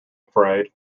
afraid